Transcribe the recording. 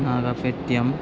Nagapattinam